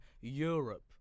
Europe